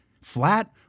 flat